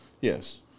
Yes